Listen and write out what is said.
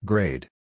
Grade